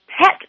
pet